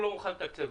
הוא לא מוכן לתקצב.